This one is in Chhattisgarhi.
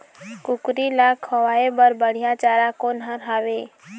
कुकरी ला खवाए बर बढीया चारा कोन हर हावे?